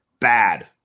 bad